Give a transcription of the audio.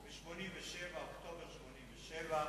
באוקטובר 1987,